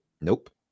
Nope